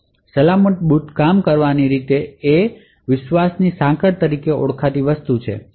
સલામત બૂટ કામ કરવાની રીત એ વિશ્વાસની સાંકળ તરીકે ઓળખાતી કોઈ વસ્તુ છે